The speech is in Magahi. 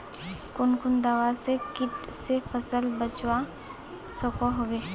कुन कुन दवा से किट से फसल बचवा सकोहो होबे?